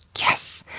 yes!